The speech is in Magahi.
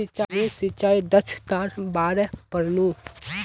मी सिंचाई दक्षतार बारे पढ़नु